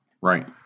Right